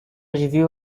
review